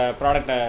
product